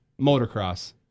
motocross